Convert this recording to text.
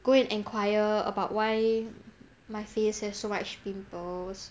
go and enquire about why my face have so much pimples